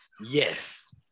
Yes